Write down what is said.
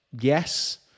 yes